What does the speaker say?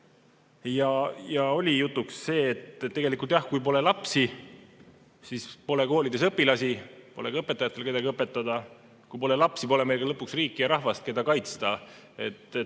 Ja oli jutuks see, et tegelikult, kui pole lapsi, siis pole koolides õpilasi, pole ka õpetajatel kedagi õpetada. Kui pole lapsi, pole meil ka lõpuks riiki ja rahvast, keda kaitsta.